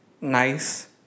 nice